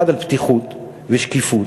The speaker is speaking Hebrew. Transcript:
אחד, על פתיחות ושקיפות,